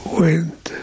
went